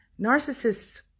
narcissists